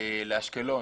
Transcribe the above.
לאשקלון.